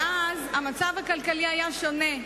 ואז המצב הכלכלי היה שונה,